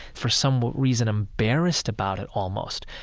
for some reason, embarrassed about it, almost.